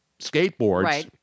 skateboards